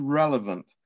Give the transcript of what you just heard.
relevant